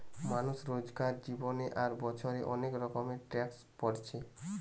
মানুষ রোজকার জীবনে আর বছরে অনেক রকমের ট্যাক্স ভোরছে